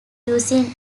using